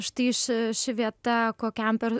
štai iš ši vieta kokiam per